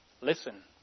Listen